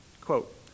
quote